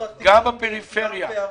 גם בפריפריה.